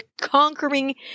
conquering